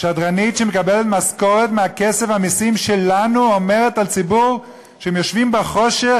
שדרנית שמקבלת משכורת מכסף המסים שלנו אומרת על ציבור שהם יושבים בחושך,